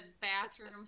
bathroom